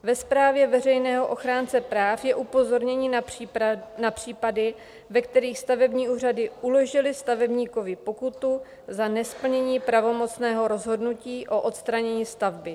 Ve zprávě veřejného ochránce práv je upozornění na případy, ve kterých stavební úřady uložily stavebníkovi pokutu za nesplnění pravomocného rozhodnutí o odstranění stavby.